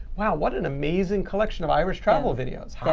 wow, what an amazing collection of irish travel videos.